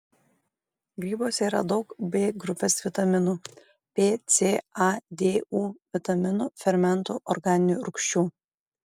grybuose yra daug b grupės vitaminų p c a d u vitaminų fermentų organinių rūgščių